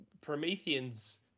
Prometheans